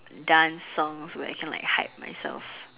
dance songs where I can like hype myself